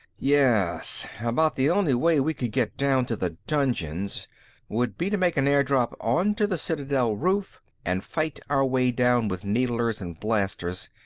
yes. about the only way we could get down to the dungeons would be to make an airdrop onto the citadel roof and fight our way down with needlers and blasters,